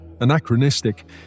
anachronistic